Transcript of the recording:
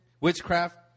witchcraft